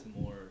more